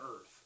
earth